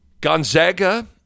Gonzaga